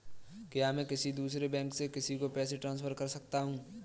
क्या मैं किसी दूसरे बैंक से किसी को पैसे ट्रांसफर कर सकता हूँ?